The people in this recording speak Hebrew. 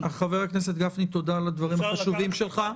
חבר הכנסת גפני, תודה על הדברים החשובים שלך.